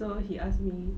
so he asked me